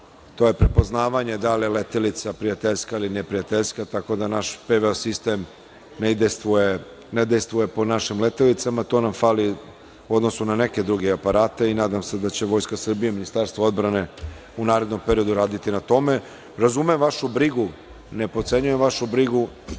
To je prepoznavanje da li je letilica prijateljska ili neprijateljska, tako da naš PVO sistem ne dejstvuje po našim letilicama. To nam fali u odnosu na neke druge aparate. Nadam se da će Vojska Srbije, Ministarstvo odbrane u narednom periodu raditi na tome. Razumem vašu brigu, ne potcenjujem vašu brigu,